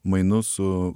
mainus su